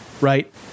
right